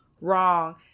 wrong